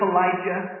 Elijah